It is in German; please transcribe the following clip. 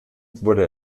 wurde